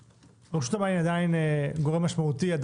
רשות המים היא עדיין גורם משמעותי גם